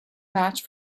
match